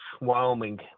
Wyoming